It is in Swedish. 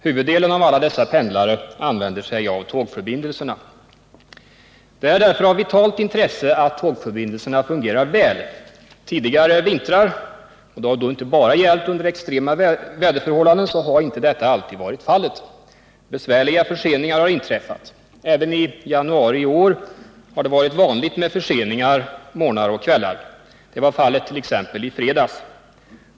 Huvuddelen av alla dessa pendlare använder sig av tågförbindelserna. Det är därför av vitalt intresse att tågförbindelserna fungerar väl. Tidigare vintrar — och det har då inte bara gällt under extrema väderförhållanden — har detta inte alltid varit fallet. Besvärliga förseningar har inträffat. Även i januari i år har det varit vanligt med förseningar morgnar och kvällar. Det var fallet t.ex. i fredags.